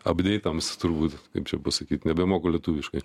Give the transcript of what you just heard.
apdeitams turbūt kaip čia pasakyt nebemoku lietuviškai